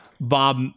Bob